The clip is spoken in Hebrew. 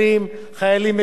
חיילים משרתים,